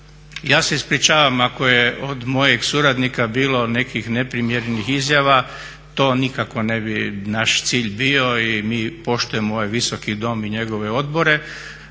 ja se ispričavam ako je od mojih suradnika bilo nekih neprimjerenih izjava, to nikako ne bi naš cilj bio i mi poštujemo ovaj visoki dom i njegove odbore.